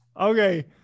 Okay